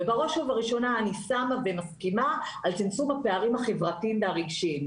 ובראש ובראשונה אני מסכימה על צמצום הפערים החברתיים והרגשיים,